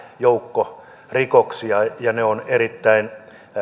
joukko rikoksia ja ne ovat erittäin